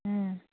ꯎꯝ